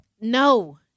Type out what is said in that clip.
No